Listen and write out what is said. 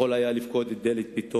יכול היה לפקוד את ביתו